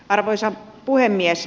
arvoisa puhemies